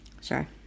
Sorry